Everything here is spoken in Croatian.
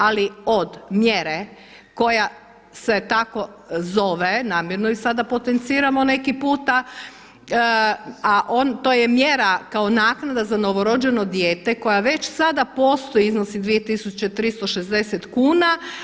Ali od mjere koja se tako zove, namjerno je sada potenciramo neki puta, a on, to je mjera kao naknada za novorođeno dijete koja već sada postoji iznosi 2360 kuna.